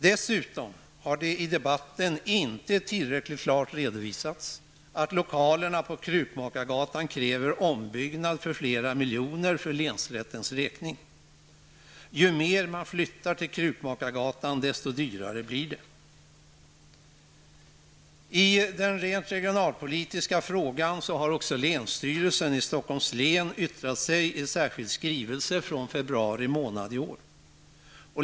Dessutom har det i debatten inte tillräckligt klart redovisats att lokalerna på Krukmakargatan kräver ombyggnad för flera miljoner för länsrättens räkning. Ju mer man flyttar till Krukmakargatan, desto dyrare blir det. I den rent regionalpolitiska frågan har även länsstyrelsen i Stockholms län yttrat sig i en särskild skrivelse från februari månad i år.